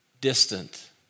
distant